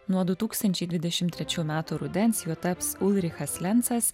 nuo du tūkstančiai dvidešim trečių metų rudens juo taps ulrichas lencas